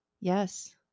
Yes